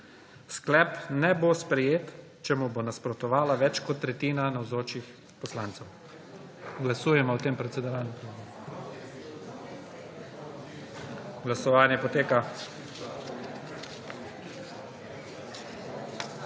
Sklep ne bo sprejet, če mu bo nasprotovala več kot tretjina navzočih poslancev. Glasujemo o tem sklepu. Glasujemo.